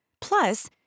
Plus